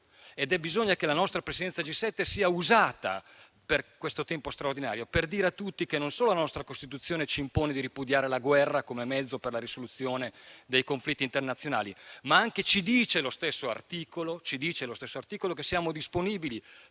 E bisogna che la nostra Presidenza G7 sia usata per questo tempo straordinario, per dire a tutti che la nostra Costituzione ci impone di ripudiare la guerra come mezzo per la risoluzione dei conflitti internazionali e che (ce lo dice lo stesso articolo) siamo disponibili,